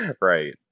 Right